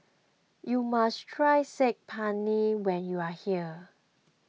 you must try Saag Paneer when you are here